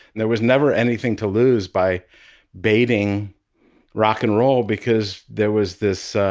there was never anything to lose by baiting rock and roll because there was this